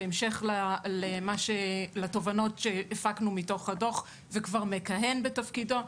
בהמשך לתובנות שהפקנו מתוך הדוח וכבר מכהן בתפקידו.